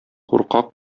куркак